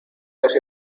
los